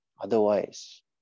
otherwise